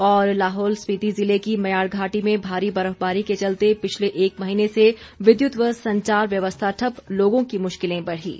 और लाहौल स्पीति जिले की म्याड़ घाटी में भारी बर्फबारी के चलते पिछले एक महीने से विद्युत व संचार व्यवस्था ठप्प लोगों की मुश्किलें बढ़ीं